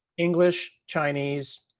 english, chinese,